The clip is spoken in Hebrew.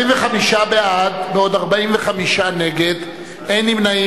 25 בעד, בעוד 45 נגד, אין נמנעים.